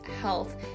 health